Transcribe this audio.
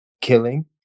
killing